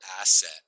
asset